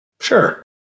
Sure